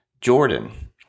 Jordan